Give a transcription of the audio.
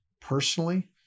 personally